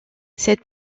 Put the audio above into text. cette